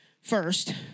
first